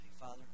Father